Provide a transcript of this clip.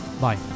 bye